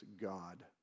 god